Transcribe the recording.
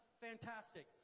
fantastic